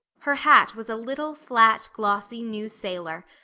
her hat was a little, flat, glossy, new sailor,